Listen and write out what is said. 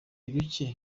ruke